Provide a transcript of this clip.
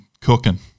cooking